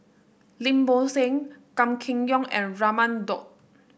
Lim Bo Seng Gan Kim Yong and Raman Daud